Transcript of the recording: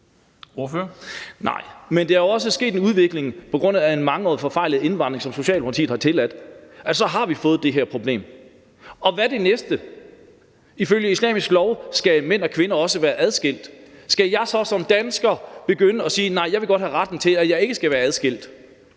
Nej, men der er jo også sket en udvikling på grund af en mangeårig forfejlet indvandring, som Socialdemokratiet har tilladt, så vi har fået det her problem. Og hvad er det næste? Ifølge islamisk lov skal mænd og kvinder også være adskilt. Skal jeg så som dansker begynde at sige: Nej, for jeg vil godt have retten til ikke at skulle være en del